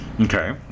okay